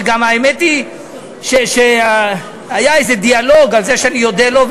וגם האמת היא שהיה איזה דיאלוג על זה שאני אודה לו,